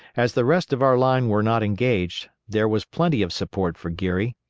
as the rest of our line were not engaged, there was plenty of support for geary.